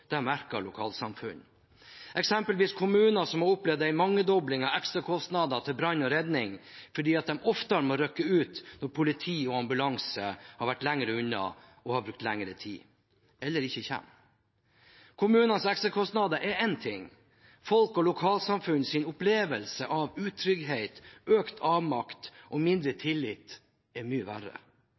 folk, det merket lokalsamfunn. Eksempel på det er kommuner som har opplevd en mangedobling av ekstrakostnader til brann og redning fordi de oftere må rykke ut når politi og ambulanse har vært lenger unna og har brukt lengre tid – eller ikke kommer. Kommuners ekstrakostnader er én ting – folk og lokalsamfunns opplevelse av utrygghet, økt avmakt og mindre tillit er mye verre.